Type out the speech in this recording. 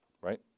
Right